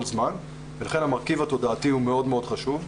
זמן ולכן המרכיב התודעתי הוא מאוד מאוד חשוב.